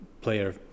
player